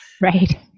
Right